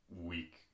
weak